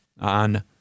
on